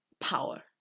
power